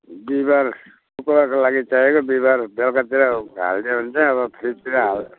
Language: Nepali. बिहिबार शुक्रबारको लागि चाहिएको बिहिबार बेलुकातिर हालिदिए हुन्छ अब फ्रिजतिर हाल